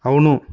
అవును